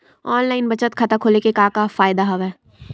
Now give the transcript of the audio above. online बचत खाता खोले के का का फ़ायदा हवय